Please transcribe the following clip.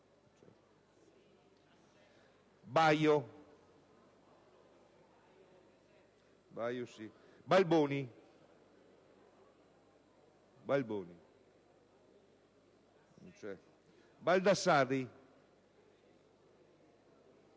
Baio, Balboni, Baldassarri,